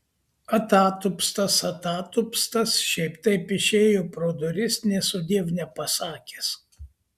atatupstas atatupstas šiaip taip išėjo pro duris nė sudiev nepasakęs